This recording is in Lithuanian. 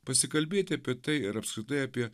pasikalbėti apie tai ir apskritai apie